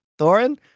Thorin